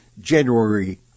January